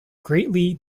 greatly